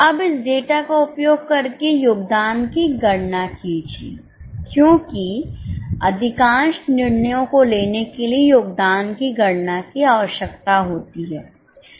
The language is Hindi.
अब इस डेटा का उपयोग करके योगदान की गणनाकीजिए क्योंकि अधिकांश निर्णयो को लेने के लिए योगदान की गणना की आवश्यकता होती है